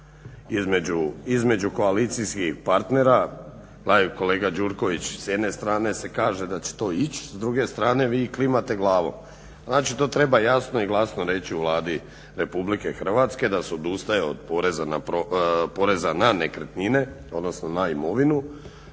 između koalicijskih partnera. Kolega Gjurković s jedne strane se kaže da će to ići, s druge strane vi klimate glavom. Znači, to treba jasno i glasno reći u Vladi RH da se odustaje od poreza na nekretnine, odnosno na imovinu.